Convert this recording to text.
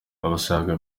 abasaga